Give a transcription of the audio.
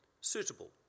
suitable